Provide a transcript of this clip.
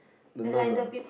the Nun ah